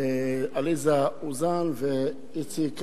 עליזה אוזן ואיציק אבידני.